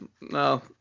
no